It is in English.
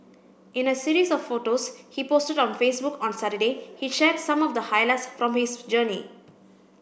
in a series of photos he posted on Facebook on Saturday he shared some of the highlights from his journey